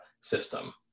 system